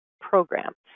programs